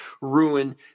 ruin